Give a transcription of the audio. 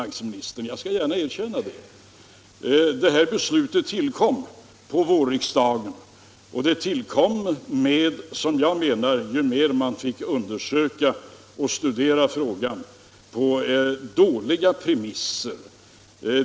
39 Beslutet om en tillfällig och partiell nedsättning av arbetsgivaravgiften fattades av vårriksdagen, och det har ju mer man har studerat frågan allt tydligare framgått att det skedde på dåliga premisser.